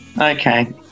Okay